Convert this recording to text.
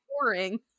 boring